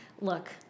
look